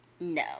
No